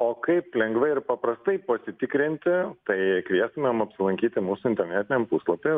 o kaip lengvai ir paprastai pasitikrinti tai kviestumėm apsilankyti mūsų internetiniam puslapy